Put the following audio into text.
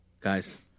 guys